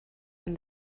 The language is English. and